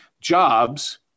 Jobs